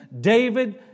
David